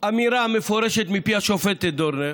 אמירה מפורשת מפי השופטת דורנר,